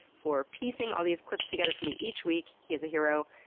for piecing all these clips together for me each week. he is a hero.